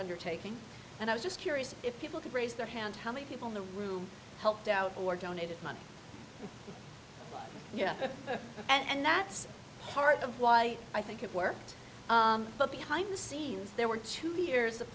undertaking and i was just curious if people could raise their hand how many people in the room helped out or donated money yeah and that's part of why i think it worked but behind the scenes there were two years of